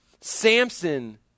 Samson